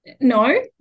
No